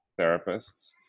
therapists